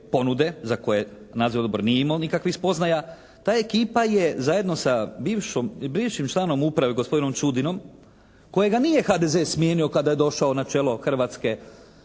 ponude za koje nadzorni odbor nije imao nikakvih spoznaja, ta ekipa je zajedno sa bivšim članom uprave gospodinom Čudinom kojega nije HDZ smijenio kada je došao na čelo hrvatske